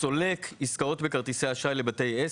שסולק עסקאות בכרטיסי אשראי לבתי עסק,